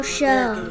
Show